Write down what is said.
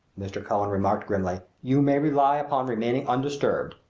mr. cullen remarked grimly, you may rely upon remaining undisturbed.